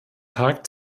tag